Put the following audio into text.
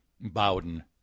Bowden